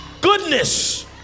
goodness